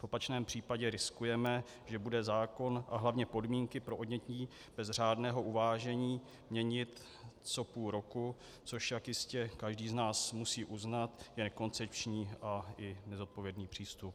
V opačném případě riskujeme, že budeme zákon a hlavně podmínky pro odnětí bez řádného uvážení měnit co půl roku, což je, jak jistě každý z nás musí uznat, nekoncepční a i nezodpovědný přístup.